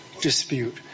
dispute